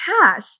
cash